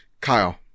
Kyle